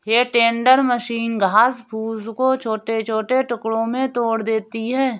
हे tender machine घास फूस को छोटे छोटे टुकड़ों में तोड़ देती है